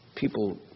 People